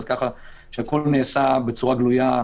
כך שהכול נעשה בצורה גלויה,